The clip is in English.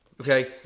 Okay